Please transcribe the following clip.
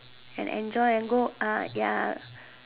and enjoy and go out ya